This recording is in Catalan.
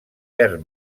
verd